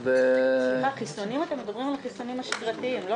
אתם מדברים על החיסונים השגרתיים, נכון?